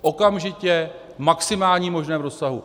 Okamžitě, v maximálním možném rozsahu.